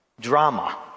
drama